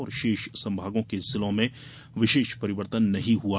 और शेष संभागों के जिलों में विशेष परिवर्तन नही हुआ